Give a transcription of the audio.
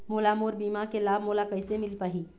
मोला मोर बीमा के लाभ मोला किसे मिल पाही?